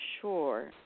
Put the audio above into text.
sure